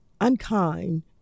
unkind